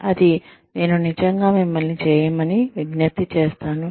అది నేను నిజంగా మిమ్మల్ని చేయమని విజ్ఞప్తి చేస్తాను